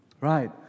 Right